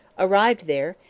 arrived there,